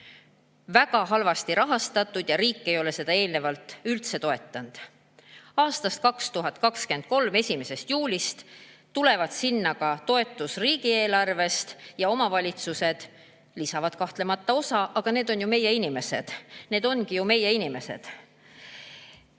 väga halvasti rahastatud ja riik ei ole seda eelnevalt üldse toetanud. Alates 2023. aasta 1. juulist tuleb sinna ka toetus riigieelarvest. Ja omavalitsused lisavad kahtlemata osa. Aga need on ju meie inimesed. Need ongi ju meie inimesed!